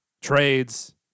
trades